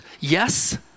yes